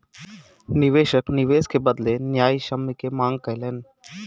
निवेशक निवेश के बदले न्यायसम्य के मांग कयलैन